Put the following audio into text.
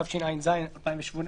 תשע"ז-2017: